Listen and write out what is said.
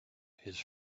his